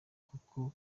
kuko